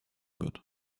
wird